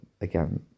again